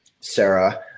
Sarah